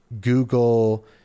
Google